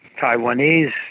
Taiwanese